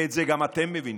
ואת זה גם אתם מבינים,